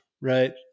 right